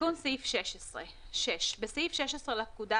תיקון סעיף 16 6. בסעיף 16 לפקודה,